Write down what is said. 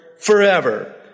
forever